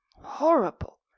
Horrible